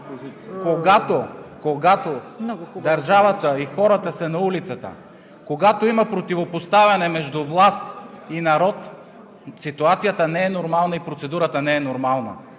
Когато държавата и хората са на улицата, когато има противопоставяне между власт и народ, ситуацията не е нормална и процедурата не е нормална.